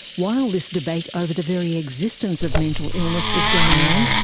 while this debate over the very existence of mental illness was going on,